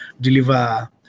deliver